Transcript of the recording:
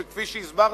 שכפי שהסברתי,